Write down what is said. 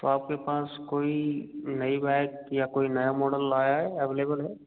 तो आप के पास कोई नई बाइक या कोई नया मॉडल आया है एवलेबल है